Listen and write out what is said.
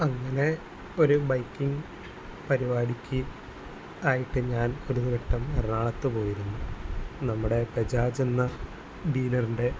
അങ്ങനെ ഒരു ബൈക്കിങ്ങ് പരുപാടിക്ക് ആയിട്ട് ഞാൻ ഒരു വട്ടം എറണാകുളത്ത് പോയിരുന്നു നമ്മുടെ ബജാജ് എന്ന ഡീലറിൻ്റെ